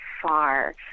far